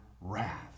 wrath